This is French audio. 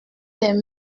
les